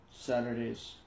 Saturdays